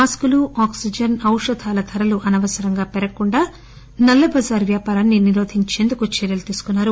మాస్కులు ఆక్పిజన్ ఔషధాల ధరలు అనవసరంగా పెరగకుండా నల్ల బజారు వ్యాపారాన్ని నిరోధించేందుకు చర్చలు తీసుకున్నారు